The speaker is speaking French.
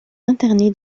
interné